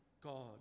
God